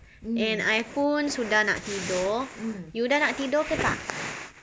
and I pun sudah nak tidur you dah nak tidur ke tak